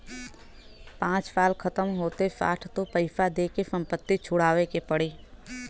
पाँच साल खतम होते साठ तो पइसा दे के संपत्ति छुड़ावे के पड़ी